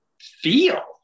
feel